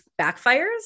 backfires